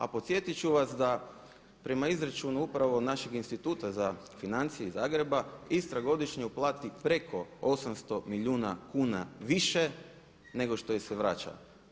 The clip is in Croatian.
A podsjetiti ću vas da prema izračunu upravo našeg instituta za financije iz Zagreba Istra godišnje uplati preko 800 milijuna kuna više nego što joj se vraća.